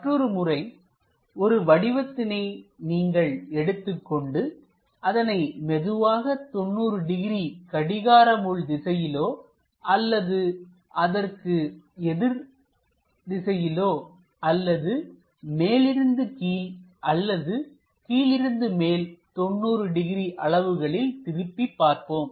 மற்றொரு முறை ஒரு வடிவத்தினை நீங்கள் எடுத்துக் கொண்டு அதனை மெதுவாக 90 டிகிரி கடிகார முள் திசையிலோ அல்லது அதற்கு எதிர்திசையிலோ அல்லது மேலிருந்து கீழ் அல்லது கீழிருந்து மேல் 90 டிகிரி அளவுகளில் திருப்பி பார்ப்போம்